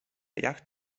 yacht